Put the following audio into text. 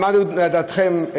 לעניות דעתכם,